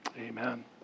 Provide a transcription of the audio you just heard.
amen